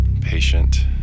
Patient